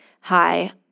Hi